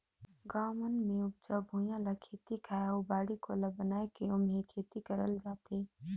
गाँव मन मे उपजऊ भुइयां ल खेत खायर अउ बाड़ी कोला बनाये के ओम्हे खेती करल जाथे